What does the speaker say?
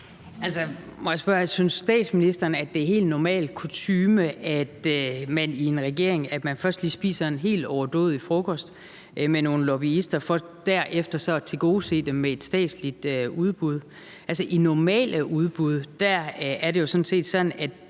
(DD): Må jeg spørge: Synes statsministeren, at det er helt normal kutyme, at man i en regering først lige spiser en helt overdådig frokost med nogle lobbyister for derefter at tilgodese dem med et statsligt udbud? Altså, i normale udbud er det jo sådan, at den,